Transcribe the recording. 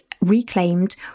reclaimed